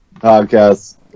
podcast